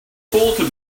bulletin